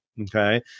okay